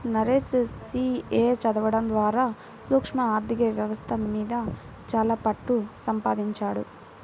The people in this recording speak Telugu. నరేష్ సీ.ఏ చదవడం ద్వారా సూక్ష్మ ఆర్ధిక వ్యవస్థ మీద చాలా పట్టుసంపాదించాడు